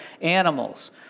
animals